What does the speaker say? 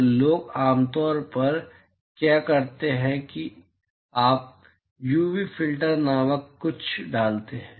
तो लोग आमतौर पर क्या करते हैं कि आप यूवी फिल्टर नामक कुछ डालते हैं